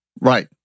Right